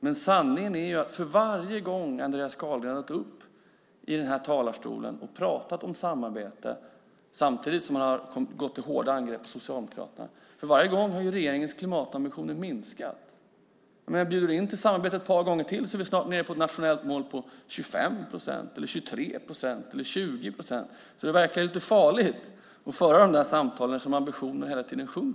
Men sanningen är att varje gång Andreas Carlgren gått upp i talarstolen här och pratat om samarbete, samtidigt som han gått till hårt angrepp mot Socialdemokraterna, har regeringens klimatambitioner minskat. Om jag ett par gånger till bjuder in till samarbete är vi snart nere på 25 procent eller 23 eller 20 procent som nationellt mål. Det verkar vara lite farligt att föra sådana samtal eftersom ambitionerna hela tiden minskar.